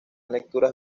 lecturas